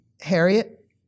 Harriet